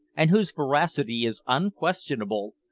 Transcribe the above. and whose veracity is unquestionable,